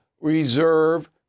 reserve